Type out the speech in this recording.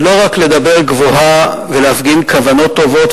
לא רק לדבר גבוהה ולהפגין כוונות טובות,